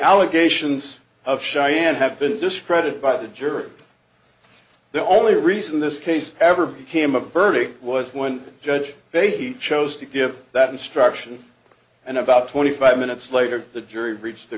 allegations of cheyanne have been discredited by the jerker the only reason this case ever became a verdict was when judge bay he chose to give that instruction and about twenty five minutes later the jury reached the